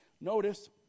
notice